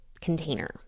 container